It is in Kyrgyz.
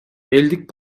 элдик